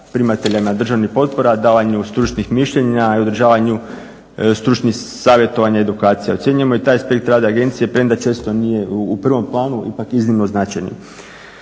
primateljima državnih potpora, davanju stručnih mišljenja i održavanju stručnih savjetovanja i edukacija. Ocjenjujemo i taj aspekt rada agencije premda često nije u prvom planu ipak iznimno značajnim.